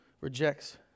rejects